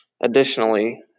Additionally